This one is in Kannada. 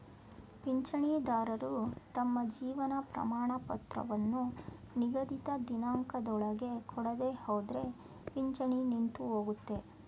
ಪಿಂಚಣಿದಾರರು ತಮ್ಮ ಜೀವನ ಪ್ರಮಾಣಪತ್ರವನ್ನು ನಿಗದಿತ ದಿನಾಂಕದೊಳಗೆ ಕೊಡದೆಹೋದ್ರೆ ಪಿಂಚಣಿ ನಿಂತುಹೋಗುತ್ತೆ